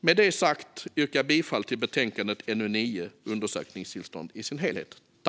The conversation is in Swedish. Med det sagt yrkar jag bifall till betänkandet NU9 Undersökningstillstånd , i dess helhet.